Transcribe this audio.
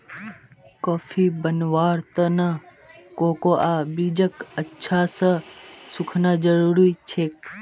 coffee बनव्वार त न कोकोआ बीजक अच्छा स सुखना जरूरी छेक